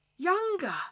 Younger